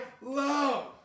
love